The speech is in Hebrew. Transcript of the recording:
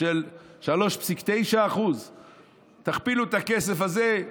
של 3.9%. תכפילו את הכסף הזה,